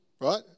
right